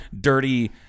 dirty